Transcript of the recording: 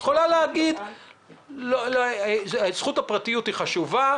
ואת יכולה להגיד שזכות הפרטיות חשובה,